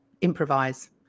improvise